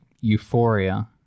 euphoria